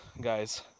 guys